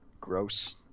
gross